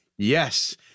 Yes